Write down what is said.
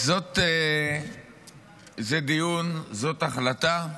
זה דיון, זאת החלטה,